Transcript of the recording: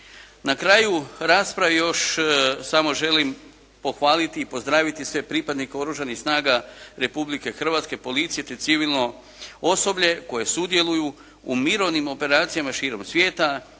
Na kraju rasprave još samo želim pohvaliti i pozdraviti sve pripadnike Oružanih snaga Republke Hrvatske, policije, te civilno osoblje koje sudjeluju u mirovnim operacijama širom svijeta